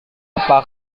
apa